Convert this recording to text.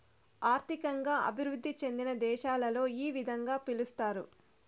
ఆర్థికంగా అభివృద్ధి చెందిన దేశాలలో ఈ విధంగా పిలుస్తారు